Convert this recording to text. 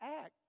act